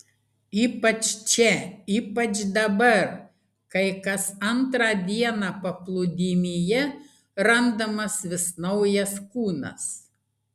ypač čia ypač dabar kai kas antrą dieną paplūdimyje randamas vis naujas kūnas